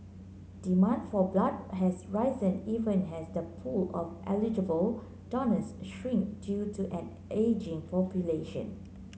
demand for blood has risen even as the pool of eligible donors shrink due to an ageing population